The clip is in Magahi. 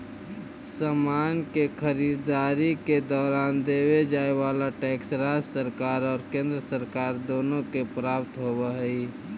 समान के खरीददारी के दौरान देवे जाए वाला टैक्स राज्य सरकार और केंद्र सरकार दोनो के प्राप्त होवऽ हई